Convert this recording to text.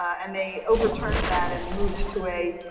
and they overturned that and moved to a,